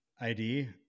ID